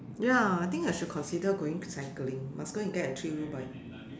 ya I think I should consider going cycling must go and get a three wheel bike